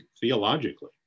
theologically